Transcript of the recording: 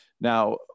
Now